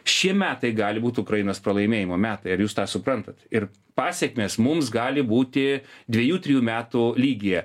šie metai gali būt ukrainos pralaimėjimo metai ar jūs tą suprantat ir pasekmės mums gali būti dvejų trejų metų lygyje